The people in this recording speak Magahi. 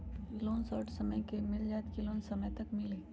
लोन शॉर्ट समय मे मिल जाएत कि लोन समय तक मिली?